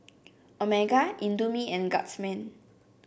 Omega Indomie and Guardsman